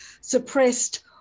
suppressed